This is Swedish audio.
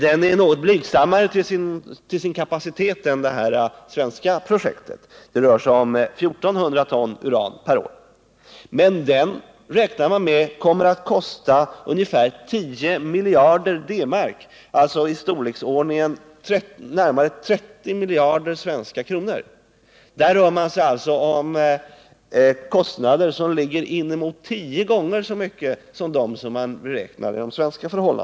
Den är något blygsammare beträffande kapaciteten än det svenska projektet. Det rör sig om 1400 ton uran per år. Man räknar emellertid med att anläggningen kommer att kosta ungefär 10 miljarder DM, alltså närmare 30 miljarder svenska kronor. Här är det alltså fråga om kostnader som är ungefär tio gånger större än kostnaderna i Sverige.